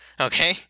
okay